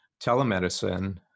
telemedicine